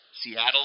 seattle